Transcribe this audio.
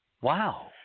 wow